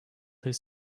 his